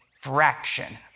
fraction